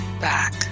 back